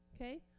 Okay